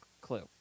clue